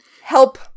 help